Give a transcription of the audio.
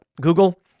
Google